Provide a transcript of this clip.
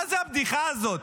מה זה הבדיחה הזאת?